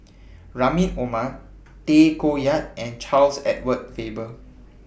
Rahim Omar Tay Koh Yat and Charles Edward Faber